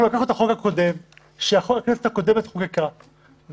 אנחנו לקחנו את החוק הקודם שהכנסת הקודמת חוקקה והכנסנו